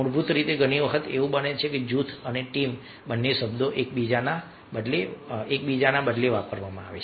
મૂળભૂત રીતે ઘણી વખત એવું બને છે કે જૂથ અને ટીમ બંને શબ્દો એકબીજાના બદલે વાપરવામાં આવે છે